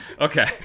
okay